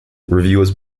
reviewers